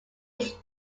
ate